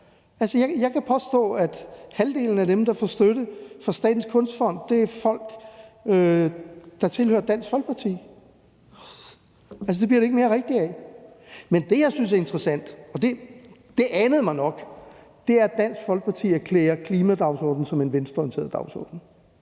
Jeg kan påstå, at halvdelen af dem, der får støtte fra Statens Kunstfond, er folk, der tilhører Dansk Folkeparti. Det bliver det ikke mere rigtigt af. Men det, jeg synes er interessant – og det anede mig nok – er, at Dansk Folkeparti erklærer klimadagsordenen som en venstreorienteret dagsorden.